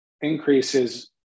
increases